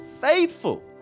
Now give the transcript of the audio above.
faithful